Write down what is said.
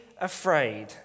afraid